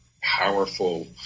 powerful